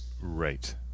Right